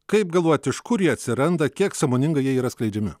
kaip galvojat iš kur jie atsiranda kiek sąmoningai jie yra skleidžiami